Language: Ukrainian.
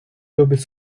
любить